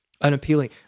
unappealing